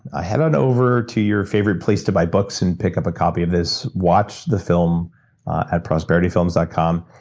ah head on over to your favorite place to buy books and pick up a copy of this. watch the film at prosperityfilms dot com,